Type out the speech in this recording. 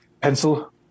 Pencil